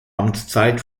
amtszeit